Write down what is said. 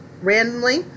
randomly